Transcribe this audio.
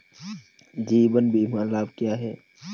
जीवन बीमा लाभ क्या हैं?